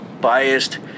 biased